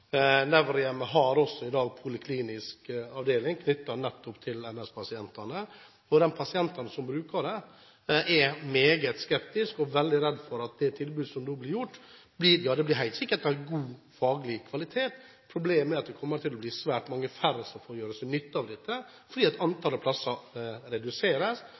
har også i dag poliklinisk avdeling knyttet nettopp til MS-pasientene. De pasientene som bruker det, er meget skeptiske og veldig redde for det tilbudet som nå blir gitt. Det blir helt sikkert en god faglig kvalitet. Problemet er at det kommer til å bli mange færre som får gjøre seg nytte av dette, fordi antallet plasser reduseres,